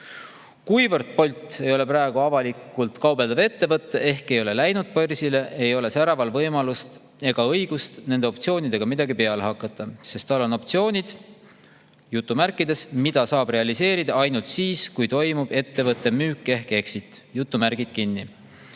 Kuivõrd Bolt ei ole praegu avalikult kaubeldav ettevõte ehk ta ei ole läinud börsile, ei ole Säraval võimalust ega õigust nende optsioonidega midagi peale hakata, sest tal on optsioonid, "mida saab realiseerida ainult siis, kui toimub ettevõtte müük ehk exit".